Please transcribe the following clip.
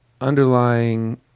underlying